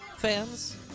fans